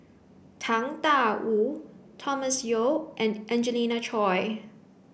Tang Da Wu Thomas Yeo and Angelina Choy